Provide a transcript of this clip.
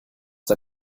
der